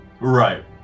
Right